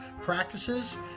practices